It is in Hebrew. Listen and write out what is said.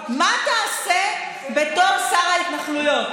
מה תעשה בתור שר ההתנחלויות?